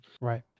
right